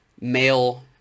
male